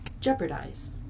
jeopardize